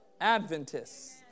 Adventists